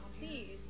Please